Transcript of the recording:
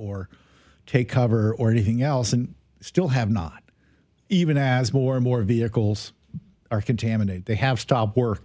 or take cover or anything else and still have not even as more and more vehicles are contaminated they have stopped work